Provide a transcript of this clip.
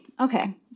okay